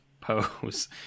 pose